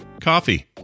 Coffee